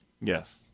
yes